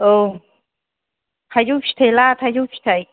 औ थाइजौ फिथाय ला थाइजौ फिथाय